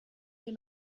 wir